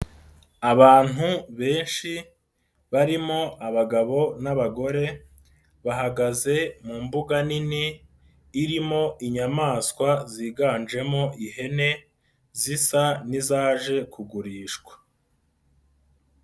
Abantu benshi barimo abagabo n'abagore, bahagaze mu mbuga nini, irimo inyamaswa ziganjemo ihene, zisa n'izaje kugurishwa.